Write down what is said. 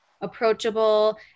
approachable